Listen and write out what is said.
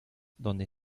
donde